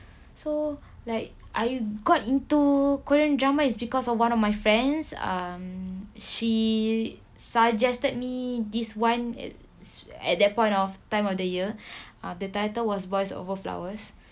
so like I got into korean drama is because of one of my friends um she suggested me this [one] at at that point of time of the year ah the title was boys over flowers